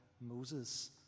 Moses